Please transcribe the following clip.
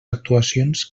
actuacions